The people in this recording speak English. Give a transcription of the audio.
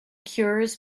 cures